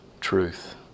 truth